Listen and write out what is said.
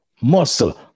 muscle